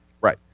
Right